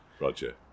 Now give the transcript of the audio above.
Roger